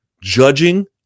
Judging